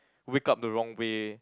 wake up the wrong way